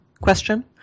question